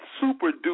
super-duper